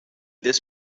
this